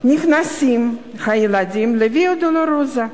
נכנסים הילדים לוויה-דולורוזה: